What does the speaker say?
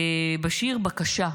בשיר בקשה: